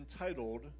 entitled